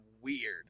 weird